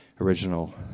original